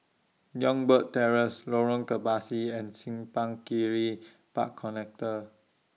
Youngberg Terrace Lorong Kebasi and Simpang Kiri Park Connector